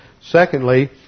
Secondly